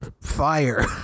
fire